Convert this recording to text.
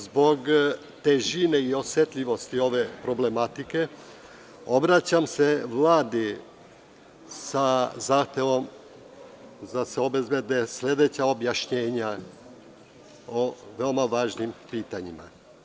Zbog težine i osetljivosti ove problematike obraćam se Vladi sa zahtevom da se obezbede sledeća objašnjenja o veoma važnim pitanjima.